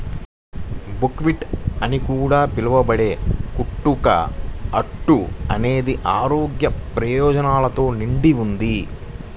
buckwheat అని కూడా పిలవబడే కుట్టు కా అట్ట అనేది ఆరోగ్య ప్రయోజనాలతో నిండి ఉంది